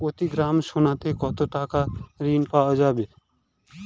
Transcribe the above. প্রতি গ্রাম সোনাতে কত টাকা ঋণ পাওয়া যাবে?